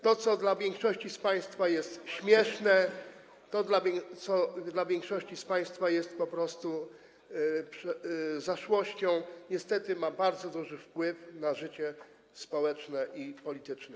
To, co dla większości z państwa jest śmieszne, co dla większości z państwa jest po prostu zaszłością, niestety ma bardzo duży wpływ na życie społeczne i polityczne.